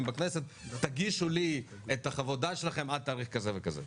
בכנסת: תגישו לי את חוות הדעת שלכם עד תאריך כזה וכזה.